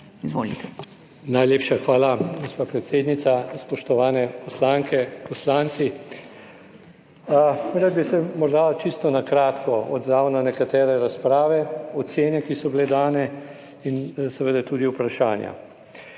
Najlepša hvala, gospa predsednica. Spoštovane poslanke, poslanci! Rad bi se morda čisto na kratko odzval na nekatere razprave, ocene, ki so bile dane in seveda tudi vprašanja.